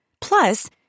Plus